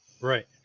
Right